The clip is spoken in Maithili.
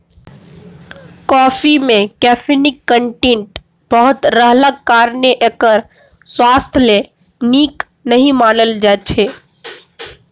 कॉफी मे कैफीनक कंटेंट बहुत रहलाक कारणेँ एकरा स्वास्थ्य लेल नीक नहि मानल जाइ छै